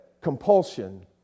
compulsion